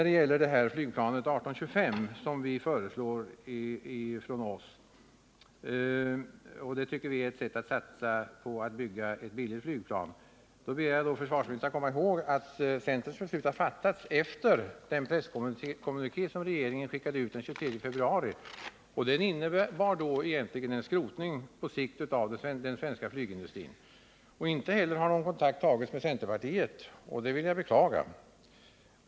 Det gäller vårt beslut att satsa på planet 18:25, ett sätt att satsa på att bygga ett billigt krigsflygplan. Då ber jag försvarsministern komma ihåg att centerns beslut har fattats efter den presskommuniké som regeringen skickade ut den 23 februari och som innebar skrotning på sikt av den svenska flygplansindustrin. Inte heller har någon kontakt tagits med centerpartiet, och det vill jag beklaga.